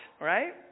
right